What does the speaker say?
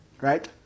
Right